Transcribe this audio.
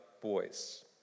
boys